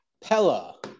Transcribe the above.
Pella